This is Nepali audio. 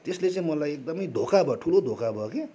त्यसले चाहिँ मलाई एकदमै धोका भयो ठुलो धोका भयो के